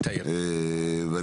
אני